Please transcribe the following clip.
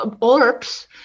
orbs